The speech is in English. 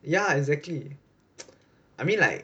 yeah exactly I mean like